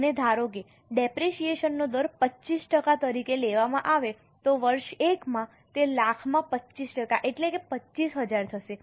અને ધારો કે ડેપરેશીયેશન નો દર 25 ટકા તરીકે લેવામાં આવે તો વર્ષ 1 માં તે 1 લાખમાં 25 ટકા એટલે કે 25000 થશે